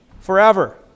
forever